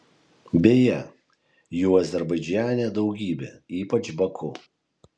beje jų azerbaidžane daugybė ypač baku